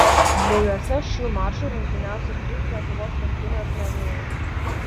dviejuose šių mačų rungtyniaus ir trys lietuvos rinktinės nariai